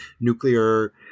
nuclear